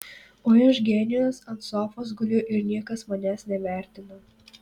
oi aš genijus ant sofos guliu ir niekas manęs nevertina